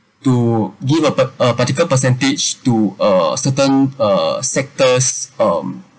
to give a pa~ ah particular percentage to a certain uh sectors um